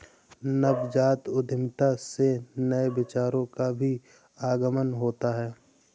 नवजात उद्यमिता से नए विचारों का भी आगमन होता है